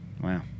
Wow